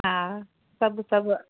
हा सभु सभु